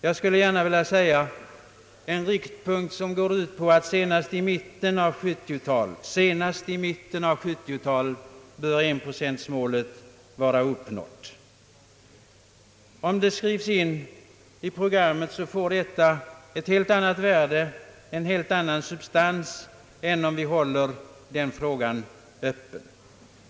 Jag vill gärna förorda att denna skall innebära att senast i mitten av 1970 talet 1-procentmålet bör vara uppnått. Om detta skrivs in i programmet får det ett helt annat värde, en helt annan substans, än om vi håller den frågan öppen.